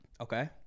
Okay